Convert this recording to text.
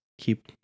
keep